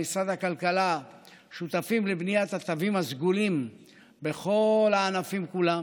אנחנו במשרד הכלכלה שותפים לבניית התווים הסגולים בכל הענפים כולם.